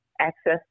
access